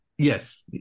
Yes